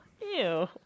Ew